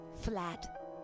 flat